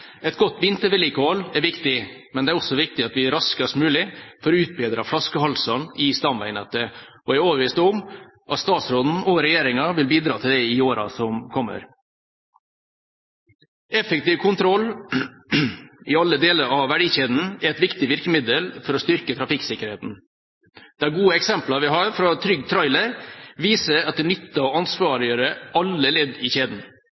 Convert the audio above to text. Et godt vintervedlikehold er viktig, men det er også viktig at vi raskest mulig får utbedret flaskehalsene i stamveinettet. Jeg er overbevist om at statsråden og regjeringa vil bidra til det i årene som kommer. Effektiv kontroll i alle deler av verdikjeden er et viktig virkemiddel for å styrke trafikksikkerheten. De gode eksemplene vi har fra Trygg Trailer, viser at det nytter å ansvarliggjøre alle ledd i kjeden,